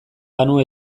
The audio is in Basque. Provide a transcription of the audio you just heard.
banu